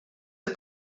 ist